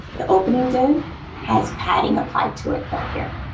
the opening div has padding applied to it, though, here.